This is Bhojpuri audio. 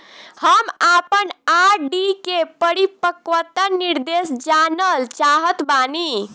हम आपन आर.डी के परिपक्वता निर्देश जानल चाहत बानी